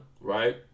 right